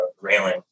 railing